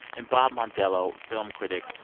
and bob mondello, film critic.